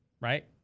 right